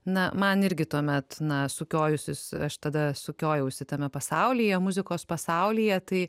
na man irgi tuomet na sukiojusis aš tada sukiojausi tame pasaulyje muzikos pasaulyje tai